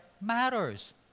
matters